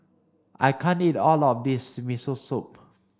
I can't eat all of this Miso Soup